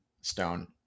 stone